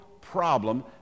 problem